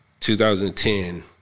2010